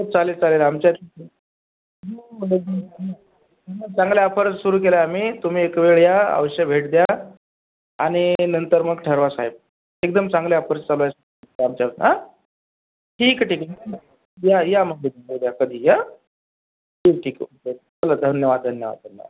हो चालेल चालेल आमच्या चांगल्या आफर सुरू केल्या आम्ही तुम्ही एकवेळ या अवश्य भेट द्या आणि नंतर मग ठरवा साहेब एकदम चांगल्या आपर्स चालू आहेत आमच्या आं ठीक आहे ठीक आहे या या मग भेटून जा उद्या कधी या ठीक ठीक आहे ओके चला धन्यवाद धन्यवाद धन्यवाद